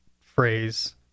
phrase